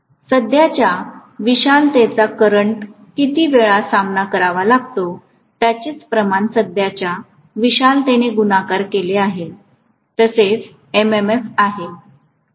सध्याच्या विशालतेचा करंटला किती वेळा सामना करावा लागतो त्याचेच प्रमाण सध्याच्या विशालतेने गुणाकार केले आहे तेच MMF आहे